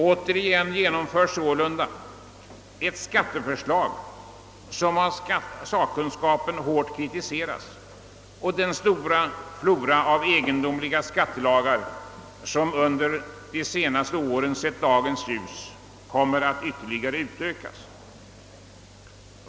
Återigen genomförs sålunda ett skatteförslag som av sakkunskapen hårt kritiseras, och den stora flora av egendomliga skattelagar som under de senaste åren sett dagens ljus kommer att ytterligare utökas.